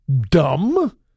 dumb